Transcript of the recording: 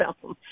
film